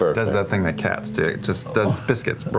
but does that thing that cats do. it just does biscuits but